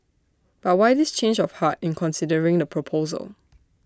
but why this change of heart in considering the proposal